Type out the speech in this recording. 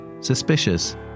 Suspicious